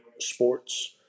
sports